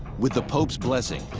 with the pope's blessing,